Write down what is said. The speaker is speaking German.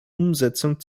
umsetzung